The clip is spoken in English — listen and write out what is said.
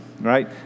right